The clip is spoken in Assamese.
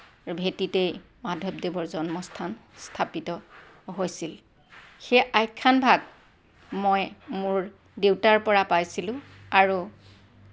ভেটিতেই মাধৱদেৱৰ জন্মস্থান স্থাপিত হৈছিল সেই আখ্যানভাগ মই মোৰ দেউতাৰ পৰা পাইছিলোঁ আৰু